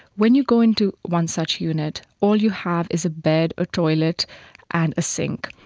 when you go into one such unit, all you have is a bed, a toilet and a sink.